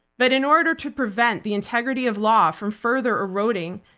but in order to prevent the integrity of law from further eroding,